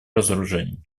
разоружению